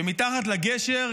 כשמתחת לגשר,